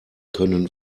können